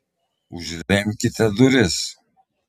užremkime duris